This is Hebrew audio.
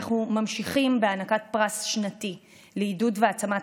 אנו ממשיכים בהענקת פרס שנתי לעידוד והעצמת